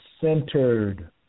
centered